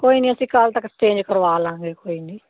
ਕੋਈ ਨਹੀਂ ਅਸੀਂ ਕੱਲ੍ਹ ਤੱਕ ਚੇਂਜ ਕਰਵਾ ਲਵਾਂਗੇ ਕੋਈ ਨਹੀਂ